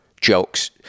jokes